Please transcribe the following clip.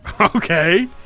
Okay